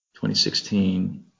2016